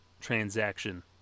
transaction